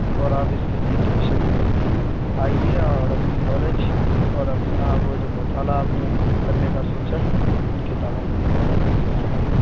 اور آپ اس کے لیے ٹینشن نہ لیجیے آئیے اور اپنی نالج اور اپنا وہ جو مطالعہ آپ نے کرنے کا سوچا ہے ان کتابوں کا مطالعہ کر سکتے ہیں آپ